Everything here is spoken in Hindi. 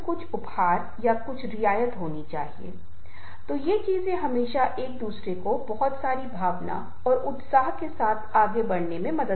इसलिए एक नेता को पता होना चाहिए कि अगर वह दूसरों को प्रेरित करने के लिए तैयार है या नहीं